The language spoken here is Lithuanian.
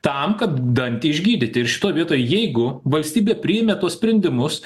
tam kad dantį išgydyti ir šitoj vietoj jeigu valstybė priėmė tuos sprendimus